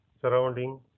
surrounding